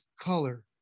color